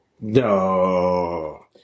No